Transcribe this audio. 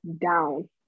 down